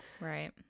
Right